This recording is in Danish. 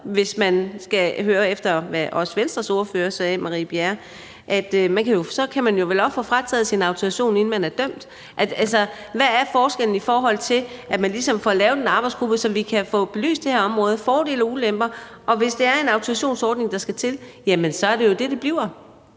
hvis man skulle lytte til, hvad også Venstres ordfører, fru Marie Bjerre, sagde, at man vel så også kan få frataget sin autorisation, inden man er dømt. Altså, hvad er forskellen på det og på, at man ligesom får lavet en arbejdsgruppe, så vi kan få belyst det her område, fordele og ulemper? Hvis det er en autorisationsordning, der skal til, er det jo det, det bliver.